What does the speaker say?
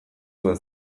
duen